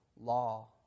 law